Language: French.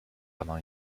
pendant